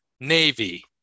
Navy